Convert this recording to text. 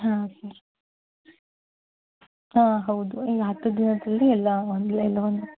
ಹಾಂ ಸರ್ ಹಾಂ ಹೌದು ಈ ಹತ್ತು ದಿನದಲ್ಲಿ ಎಲ್ಲ ಒಂದು